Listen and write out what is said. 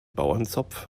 bauernzopf